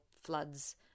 floods